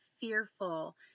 fearful